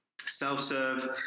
self-serve